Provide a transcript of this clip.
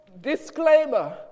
disclaimer